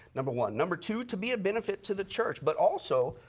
number one. number two to be a benefit to the church, but also,